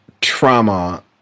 trauma